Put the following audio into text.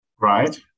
Right